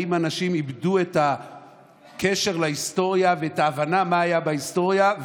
האם אנשים איבדו את הקשר להיסטוריה ואת ההבנה של מה היה בהיסטוריה?